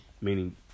Meaning